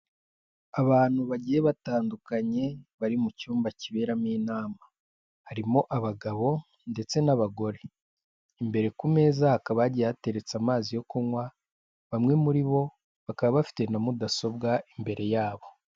Abantu bagiye batandukanye bari mu cyumba kiberamo inama, harimo abagabo ndetse n'abagore, imbere ku meza hakaba hagiye hateretse amazi yo kunywa, bamwe muri bo bakaba bafite na mudasobwa imbere yabo.